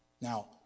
Now